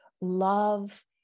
love